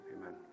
Amen